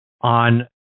on